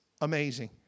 amazing